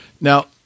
Now